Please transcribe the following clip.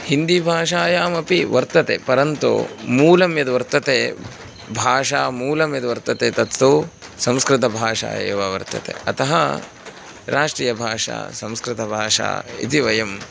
हिन्दीभाषायामपि वर्तते परन्तु मूलं यद् वर्तते भाषामूलं यद् वर्तते तत्तु संस्कृतभाषा एव वर्तते अतः राष्ट्रीयभाषा संस्कृतभाषा इति वयम्